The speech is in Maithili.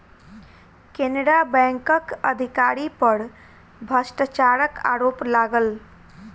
केनरा बैंकक अधिकारी पर भ्रष्टाचारक आरोप लागल